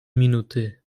minuty